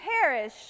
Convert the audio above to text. perish